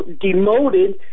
demoted